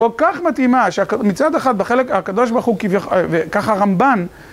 כל כך מתאימה שהמצד אחד בחלק הקדוש ברוך הוא ככה הרמב"ן.